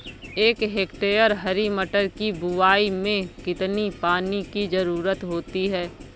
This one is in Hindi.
एक हेक्टेयर हरी मटर की बुवाई में कितनी पानी की ज़रुरत होती है?